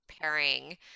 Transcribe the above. pairing